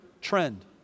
trend